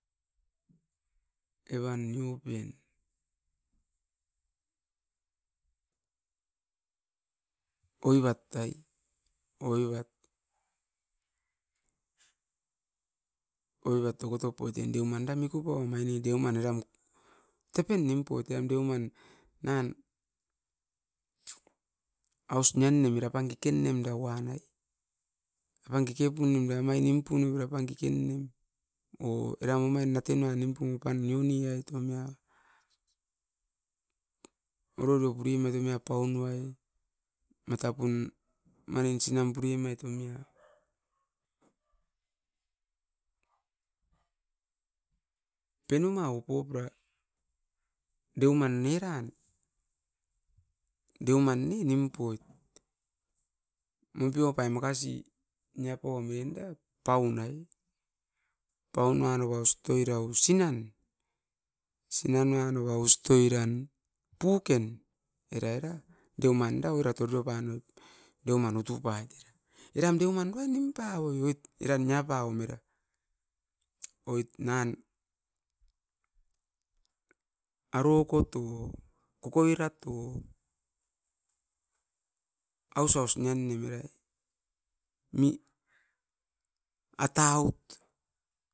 Eva nio pen oivat ai dokotop oit deuman era miku pauam, era deuman tepen nim poit. Nan aus nian nem era apan kekenem davan o eram natunan nim pum apan keken, nem davan ororio pure mait paunua o sinan pure mait omimia. Deuman neran, deuman nim poit. Nia panam era paun ai o era sinan nanoa ustoiran puken. Eram deuman nim pava, oit nan ororiot oinda, arokot o, kokoirat o, aus aus nianem era atat.